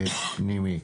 פנימי.